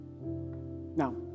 Now